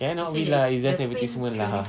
cannot be lah it's just advertisement lah ah